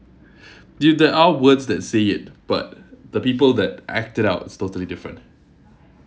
do~ there are words that say it but the people that act it out is totally different